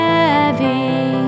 Heavy